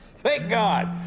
thank god!